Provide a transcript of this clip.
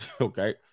Okay